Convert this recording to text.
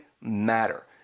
matter